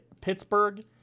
Pittsburgh